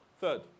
Third